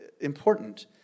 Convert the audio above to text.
important